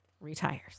retires